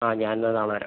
ആ ഞാൻ എന്നാൽ നാളെ വരാം